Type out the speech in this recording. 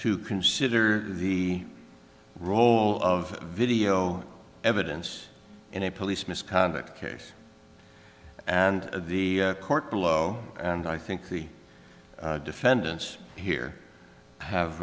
to consider the role of video evidence in a police misconduct case and the court below and i think the defendants here have